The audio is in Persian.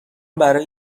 برای